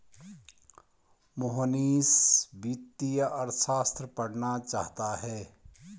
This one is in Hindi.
मोहनीश वित्तीय अर्थशास्त्र पढ़ना चाहता है